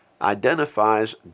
identifies